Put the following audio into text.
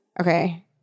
Okay